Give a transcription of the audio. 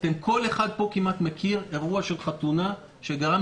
כל אחד פה כמעט מכיר אירוע של חתונה שגרם